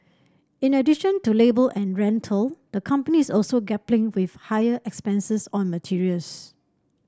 in addition to labour and rental the company is also grappling with higher expenses on materials